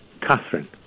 Catherine